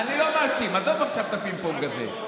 אני לא מאשים, עזוב עכשיו את הפינג-פונג הזה.